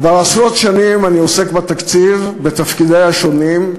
כבר עשרות שנים אני עוסק בתקציב בתפקידי השונים,